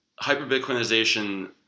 hyper-Bitcoinization